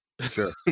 Sure